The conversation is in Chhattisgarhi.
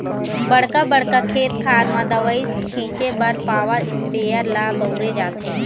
बड़का बड़का खेत खार म दवई छिंचे बर पॉवर इस्पेयर ल बउरे जाथे